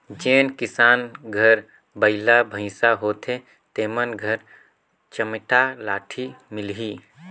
जेन किसान घर बइला भइसा होथे तेमन घर चमेटा लाठी मिलही